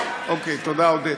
אוקיי, תודה, עודד.